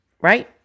right